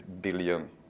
billion